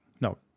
no